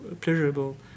pleasurable